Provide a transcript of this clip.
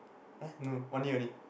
uh no one year only